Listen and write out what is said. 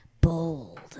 Bold